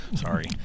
sorry